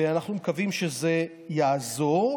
ואנחנו מקווים שזה יעזור.